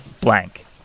blank